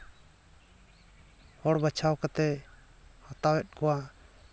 ᱦᱚᱲ ᱵᱟᱪᱷᱟᱣ ᱠᱟᱛᱮ ᱦᱟᱛᱟᱣᱮᱫ ᱠᱚᱣᱟᱭ